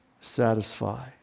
satisfy